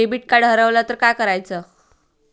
Debit card हरवल तर काय करायच?